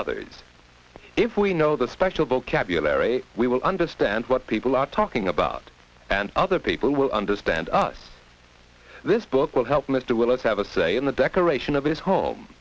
others if we know the special vocabulary we will understand what people are talking about and other people will understand us this book will help mr willis have a say in the decoration of his home